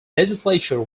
legislature